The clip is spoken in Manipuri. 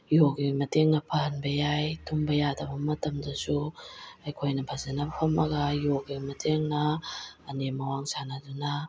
ꯌꯣꯒꯥꯒꯤ ꯃꯇꯦꯡꯅ ꯐꯍꯟꯕ ꯌꯥꯏ ꯇꯨꯝꯕ ꯌꯥꯗꯕ ꯃꯇꯝꯗꯁꯨ ꯑꯩꯈꯣꯏꯅ ꯐꯖꯅ ꯐꯝꯃꯒ ꯑꯩꯒꯤ ꯌꯣꯒꯥꯒꯤ ꯃꯇꯦꯡꯅ ꯑꯅꯦꯝ ꯑꯋꯥꯡ ꯁꯥꯟꯅꯗꯨꯅ